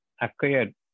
acquired